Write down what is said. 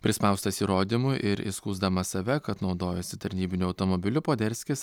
prispaustas įrodymų ir įskųsdamas save kad naudojosi tarnybiniu automobiliu poderskis